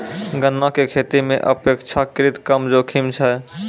गन्ना के खेती मॅ अपेक्षाकृत कम जोखिम छै